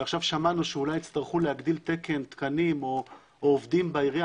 ועכשיו שמענו שאולי יצטרכו להגדיל תקנים או עובדים בעירייה,